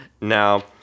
Now